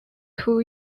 two